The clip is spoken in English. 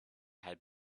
had